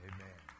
Amen